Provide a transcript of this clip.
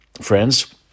friends